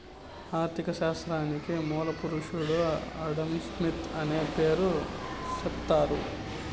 ఆర్ధిక శాస్త్రానికి మూల పురుషుడు ఆడంస్మిత్ అనే పేరు సెప్తారు